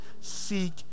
seek